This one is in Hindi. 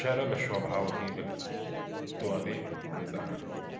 सरल स्वभाव के व्यक्तित्व वाले इंसान हैं